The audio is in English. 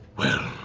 well.